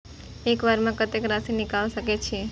एक बार में कतेक राशि निकाल सकेछी?